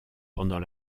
pendant